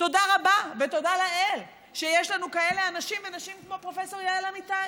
ותודה רבה ותודה לאל שיש לנו כאלה אנשים ונשים כמו פרופ' יעל אמיתי.